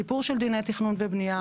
סיפור דיני תכנון ובנייה.